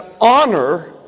honor